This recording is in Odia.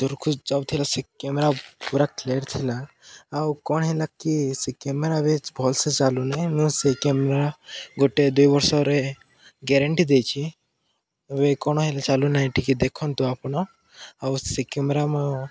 ଦୂରକୁ ଯାଉଥିଲା ସେ କ୍ୟାମେରା ପୁରା କ୍ଲାରିଟି ଥିଲା ଆଉ କ'ଣ ହେଲା କି ସେ କ୍ୟାମେରାବି ଭଲ୍ସେ ଚାଲୁନି ମୁଁ ସେ କ୍ୟାମେରା ଗୋଟେ ଦୁଇ ବର୍ଷରେ ଗ୍ୟାରେଣ୍ଟି ଦେଇଛିି ଏବେ କ'ଣ ହେଲା ଚାଲୁନାହିଁ ଟିକେ ଦେଖନ୍ତୁ ଆପଣ ଆଉ ସେ କ୍ୟାମେରା ମୁଁ